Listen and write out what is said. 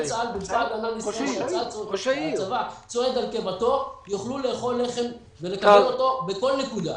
צבא הגנה לישראל יוכלו לאכול לחם ולקבל אותו בכל נקודה.